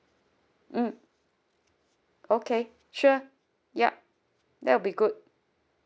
mm okay sure yup that'll be good